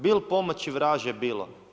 Bil pomoći vraže bilo?